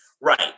right